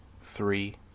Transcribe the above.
three